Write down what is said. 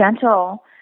gentle